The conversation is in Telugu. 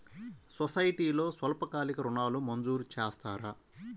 సొసైటీలో స్వల్పకాలిక ఋణాలు మంజూరు చేస్తారా?